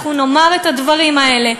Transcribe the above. אנחנו נאמר את הדברים האלה,